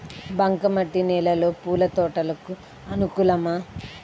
బంక మట్టి నేలలో పూల తోటలకు అనుకూలమా?